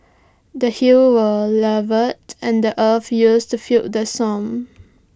the hills were levelled and the earth used to fill the swamps